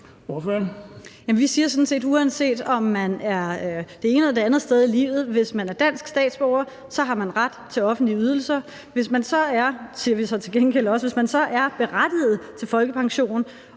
Vi siger sådan set, at uanset om man er det ene eller det andet sted i livet, så har man, hvis man er dansk statsborger, ret til offentlige ydelser. Vi siger så til gengæld også, at hvis man er berettiget til folkepension